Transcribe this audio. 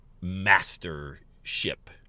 mastership